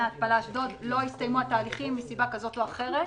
ההתפלה אשדוד לא יסתיימו התהליכים מסיבה כזאת או אחרת.